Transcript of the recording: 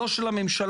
לא של הממשלה,